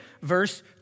verse